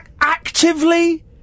actively